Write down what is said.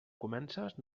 comences